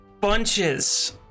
bunches